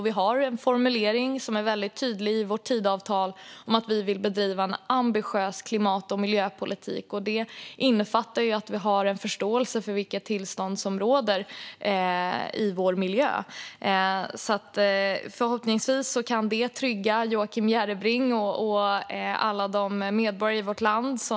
Vi har en väldigt tydlig formulering i vårt Tidöavtal: "Sveriges klimat och miljöpolitik ska vara ambitiös." Det innefattar att vi har förståelse för vilket tillstånd som råder i vår miljö. Förhoppningsvis kan det trygga Joakim Järrebring och andra medborgare i vårt land.